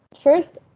first